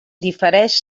difereix